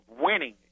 winning